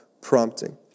prompting